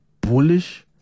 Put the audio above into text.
bullish